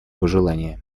пожелания